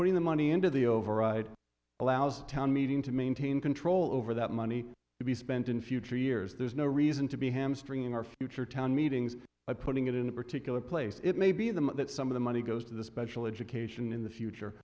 putting the money into the override allows town meeting to maintain control over that money to be spent in future years there's no reason to be hamstringing our future town meetings by putting it in a particular place it may be in them that some of the money goes to the special education in the future